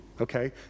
okay